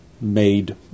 made